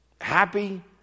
happy